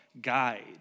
guide